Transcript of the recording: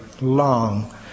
long